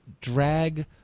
drag